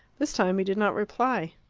this time he did not reply,